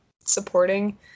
supporting